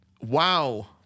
Wow